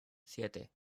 siete